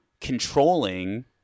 controlling